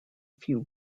few